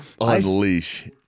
unleash